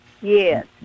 Yes